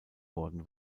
worden